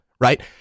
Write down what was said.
right